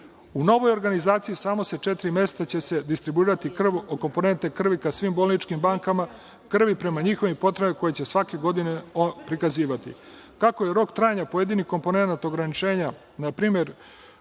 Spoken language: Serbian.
novoj organizaciji samo sa četiri mesta će se distribuirati krv od komponente krvi ka svim bolničkim bankama krvi prema njihovim potrebama, koje će svake godine prikazivati. Kako je rok trajanja pojedinih komponenata ograničenja, npr.